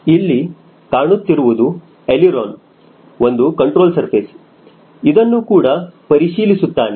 ಇಲ್ಲಿ ಕಾಣುತ್ತಿರುವುದು ಎಳಿರೋನ ಒಂದು ಕಂಟ್ರೋಲ್ ಸರ್ಫೇಸ್ ಇದನ್ನು ಕೂಡ ಪರಿಶೀಲಿಸುತ್ತಾನೆ